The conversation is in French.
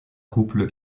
couple